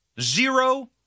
zero